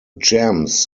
gems